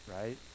right